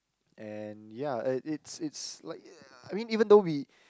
and ya uh it's it's like I mean even though we